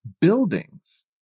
buildings